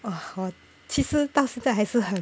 我其实到现在还是很